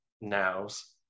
nows